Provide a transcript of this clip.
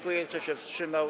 Kto się wstrzymał?